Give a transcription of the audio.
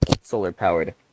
solar-powered